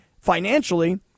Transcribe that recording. financially